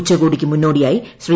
ഉച്ചകോടിക്ക് മുന്നോടിയായി ശ്രീ